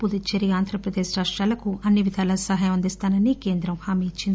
పుదుచ్చేరి ఆంధ్రప్రదేశ్ రాష్టాలకు అన్ని విధాలా సహాయం అందిస్తామని కేంద్రం హామీ ఇచ్చింది